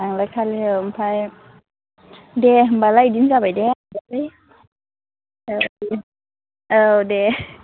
थांलायखालि औ ओमफ्राइ दे होनब्लालाय बिदिनो जाबाय दे औ दे